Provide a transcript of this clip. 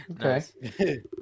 okay